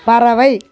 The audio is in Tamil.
பறவை